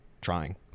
trying